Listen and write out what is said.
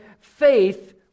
faith